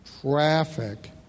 traffic